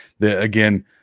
again